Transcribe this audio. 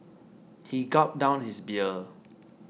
he gulped down his beer